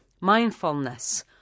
mindfulness